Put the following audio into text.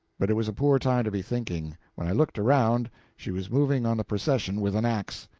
but it was a poor time to be thinking. when i looked around, she was moving on the procession with an axe!